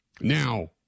Now